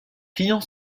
clients